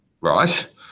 right